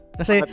kasi